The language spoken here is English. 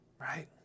Right